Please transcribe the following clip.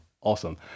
awesome